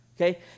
Okay